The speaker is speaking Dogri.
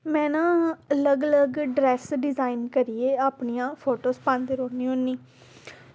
में ना अलग अलग ड्रैस डिजाईन करियै अपनियां फोटोज़ पांदी रौह्न्नी होन्नी